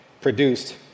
produced